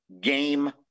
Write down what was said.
game